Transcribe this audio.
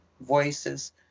voices